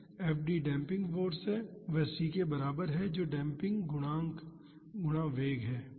और fD damping force है और वह c के बराबर है जो डेम्पिंग गुणांक गुणा वेग है